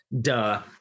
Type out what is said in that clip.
duh